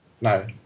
no